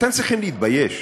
אתם צריכים להתבייש.